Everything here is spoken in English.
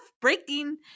breaking